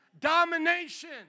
Domination